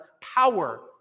power